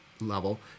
level